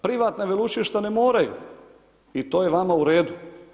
Privatna veleučilišta ne moraju i to je vama u redu.